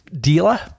dealer